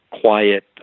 quiet